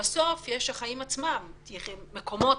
ובסוף יש את החיים עצמם צריך מקומות